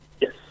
Yes